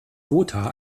gotha